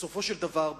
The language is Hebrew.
בסופו של דבר,